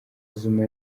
zuma